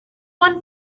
one